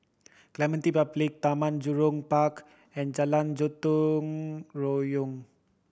Clementi Public Taman Jurong Park and Jalan Gotong Royong